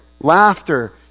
laughter